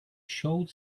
showed